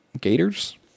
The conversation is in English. Gators